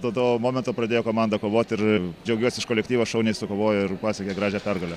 nuo to momento pradėjo komanda kovot ir džiaugiuosi už kolektyvą šauniai sukovojo ir pasiekė gražią pergalę